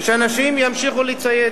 ושאנשים ימשיכו לצייץ.